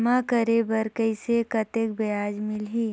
जमा करे बर कइसे कतेक ब्याज मिलही?